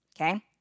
okay